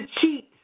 cheat